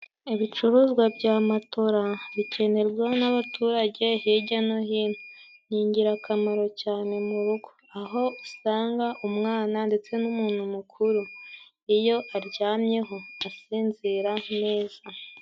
Ibicuruzwa bya matora bikenerwa n'abaturage hirya no hino ni ingirakamaro cyane mu rugo, aho usanga umwana ndetse n'umuntu mukuru, iyo aryamyeho asinzira neza.